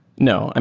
no. and